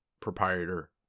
proprietor